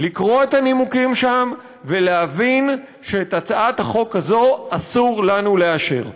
לקרוא את הנימוקים שם ולהבין שאת הצעת החוק הזאת אסור לנו לאשר.